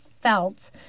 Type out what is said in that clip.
felt